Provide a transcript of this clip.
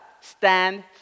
stand